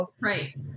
Right